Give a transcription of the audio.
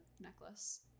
necklace